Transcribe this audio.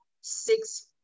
six